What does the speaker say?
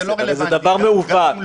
הרי זה דבר מעוות.